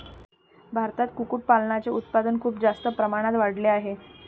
भारतात कुक्कुटपालनाचे उत्पादन खूप जास्त प्रमाणात वाढले आहे